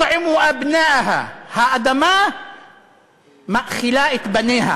האדמה מאכילה את בניה.